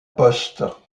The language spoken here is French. poste